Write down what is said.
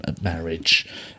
marriage